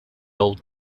old